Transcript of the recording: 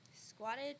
Squatted